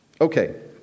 Okay